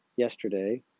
Yesterday